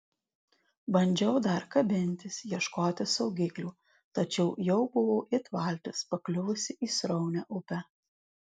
bandžiau dar kabintis ieškoti saugiklių tačiau jau buvau it valtis pakliuvusi į sraunią upę